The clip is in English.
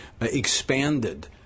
expanded